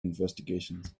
investigations